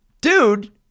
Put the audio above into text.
Dude